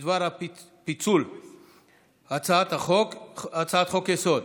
ומוצא בה משפחה צעירה שאינו מכיר,